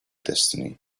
destiny